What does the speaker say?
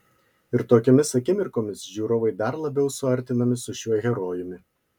ir tokiomis akimirkomis žiūrovai dar labiau suartinami su šiuo herojumi